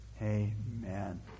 Amen